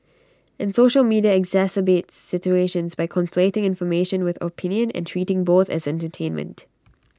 and social media exacerbates situations by conflating information with opinion and treating both as entertainment